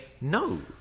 no